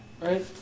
Right